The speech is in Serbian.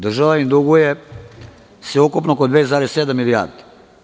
Država im duguje sve ukupno oko 2,7 milijardi.